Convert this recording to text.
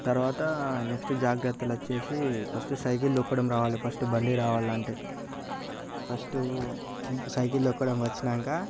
తర్వాతా నెక్స్ట్ జాగ్రత్తలు వచ్చేసి ఫస్ట్ సైకిల్ తొక్కడం రావలి ఫస్ట్ బండి రావాలంటే ఫస్టు సైకిల్ తొక్కడం వచ్చినాక